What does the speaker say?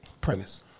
premise